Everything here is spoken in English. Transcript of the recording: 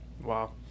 Wow